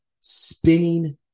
spinning